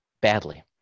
badly